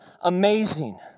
amazing